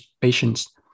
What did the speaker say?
patients